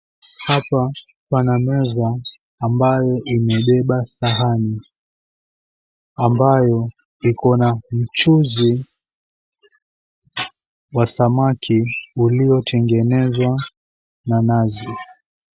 Hapa, pana meza ambayo imebeba sahani, ambayo ikona mchuzi wa samaki uliotengenezwa na nazi.